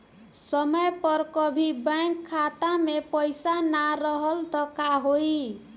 समय पर कभी बैंक खाता मे पईसा ना रहल त का होई?